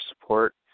support